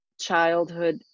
childhood